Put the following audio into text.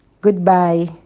Goodbye